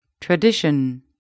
Tradition